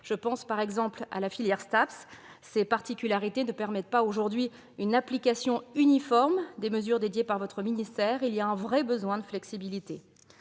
et sportives (Staps). Ces particularités ne permettent pas aujourd'hui une application uniforme des mesures décidées par votre ministère. Il y a un vrai besoin de flexibilité